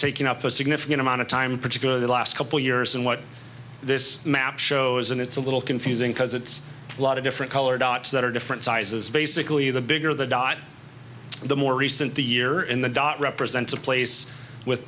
taking up a significant amount of time particularly the last couple years and what this map shows and it's a little confusing because it's a lot of different colored dots that are different sizes basically the bigger the dot the more recent the year in the dot represents a place with